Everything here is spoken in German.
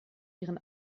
ihren